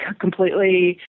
completely